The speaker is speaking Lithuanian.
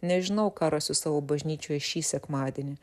nežinau ką rasiu savo bažnyčioje šį sekmadienį